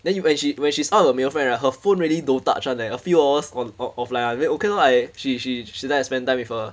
then you when she when she's out with her male friend right her phone really don't touch [one] eh a few hours on of offline one then okay lor like she she like to spend time with her